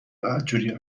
بدجوری